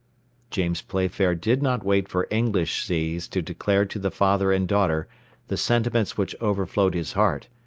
james playfair did not wait for english seas to declare to the father and daughter the sentiments which overflowed his heart,